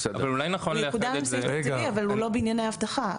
הוא יקודם עם סעיף תקציבי אבל הוא לא בענייני אבטחה,